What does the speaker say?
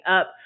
up